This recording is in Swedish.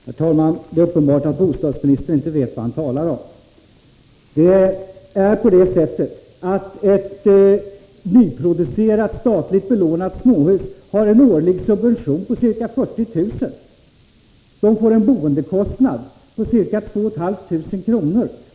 Herr talman! Det är uppenbart att bostadsministern inte vet vad han talar om. Ett nyproducerat, statligt belånat småhus har nämligen en årlig subvention på ca 40 000 kr. Människor med sådana hus får en boendekostnad på ca2 500 kr.